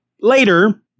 later